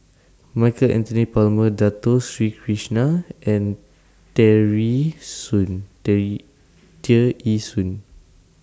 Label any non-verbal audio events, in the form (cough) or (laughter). Michael Anthony Palmer Dato Sri Krishna and (unintelligible) Tear Ee Soon